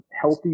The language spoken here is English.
healthy